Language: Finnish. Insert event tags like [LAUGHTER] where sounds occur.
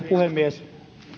[UNINTELLIGIBLE] puhemies